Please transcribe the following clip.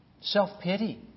Self-pity